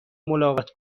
ملاقات